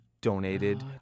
donated